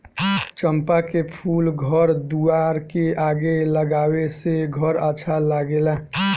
चंपा के फूल घर दुआर के आगे लगावे से घर अच्छा लागेला